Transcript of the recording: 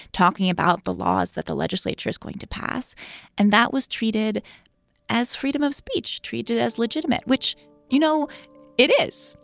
talking about the laws that the legislature is going to pass and that was treated as freedom of speech, treated as legitimate, which you know it is.